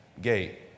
gate